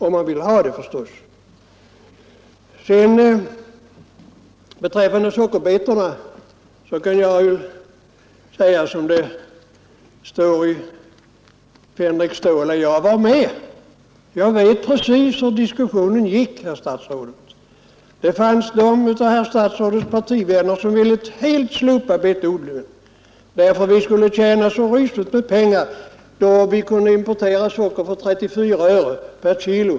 — om man vill ha dem, förstås. Beträffande sockerbetorna kan jag säga som det står i Fänrik Ståls sägner, att ”jag var med”. Jag vet precis hur diskussionen gick, herr statsråd. Det fanns de av herr statsrådets partivänner som helt ville slopa betesodlingen därför att vi skulle tjäna så rysligt med pengar när vi kunde importera socker för 34 öre per kg.